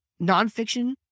nonfiction